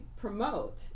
promote